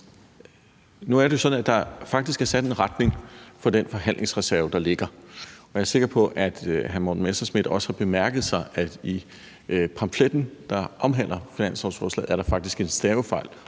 Nu er det jo sådan, at der faktisk er sat en retning for den forhandlingsreserve, der ligger. Jeg er sikker på, at hr. Morten Messerschmidt også har bemærket, at i den pamflet, der omhandler finanslovsforslaget, er der faktisk en stavefejl